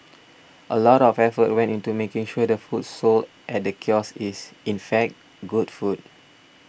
a lot of effort went into making sure the food sold at the kiosk is in fact good food